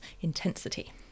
intensity